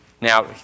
Now